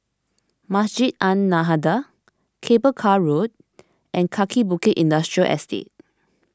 Masjid An Nahdhah Cable Car Road and Kaki Bukit Industrial Estate